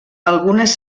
algunes